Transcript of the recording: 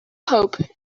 hope